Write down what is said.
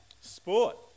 Sport